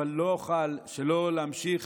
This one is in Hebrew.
אבל לא אוכל שלא להמשיך